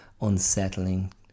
unsettling